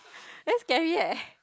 very scary eh